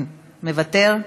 מוותר.